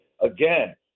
Again